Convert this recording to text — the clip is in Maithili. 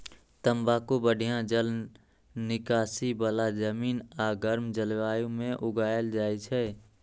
तंबाकू बढ़िया जल निकासी बला जमीन आ गर्म जलवायु मे उगायल जाइ छै